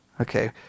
okay